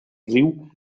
riu